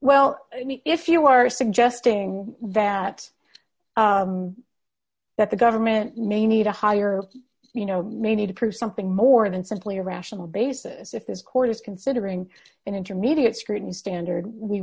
mean if you are suggesting that that the government may need to hire you know may need to prove something more than simply a rational basis if this court is considering an intermediate scrutiny standard we